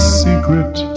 secret